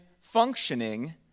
functioning